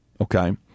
okay